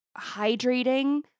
hydrating